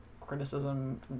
criticism